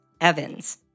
Evans